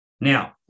Now